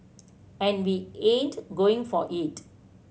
and we ain't going for it